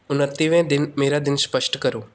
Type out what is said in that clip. ਉਨੱਤੀਵੇਂ ਦਿਨ ਮੇਰਾ ਦਿਨ ਸਪੱਸ਼ਟ ਕਰੋ